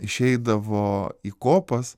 išeidavo į kopas